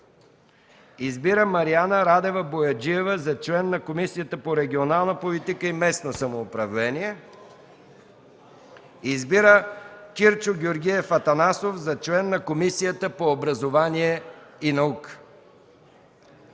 политика, Мариана Радева Бояджиева за член на Комисията по регионална политика и местно самоуправление, Кирчо Георгиев Атанасов за член на Комисията по образование и наука.